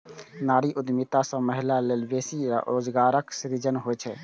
नारी उद्यमिता सं महिला लेल बेसी रोजगारक सृजन होइ छै